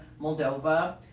Moldova